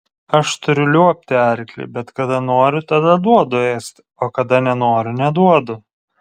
aš turiu liuobti arklį bet kada noriu tada duodu ėsti o kada nenoriu neduodu